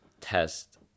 test